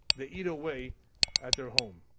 they eat away at their home.